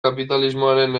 kapitalismoaren